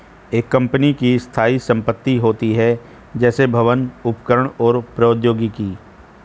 एक कंपनी की स्थायी संपत्ति होती हैं, जैसे भवन, उपकरण और प्रौद्योगिकी